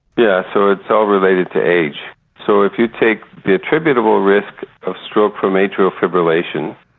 yeah so it's all related to age so if you take the attributable risk of stroke from atrial fibrillation,